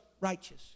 righteous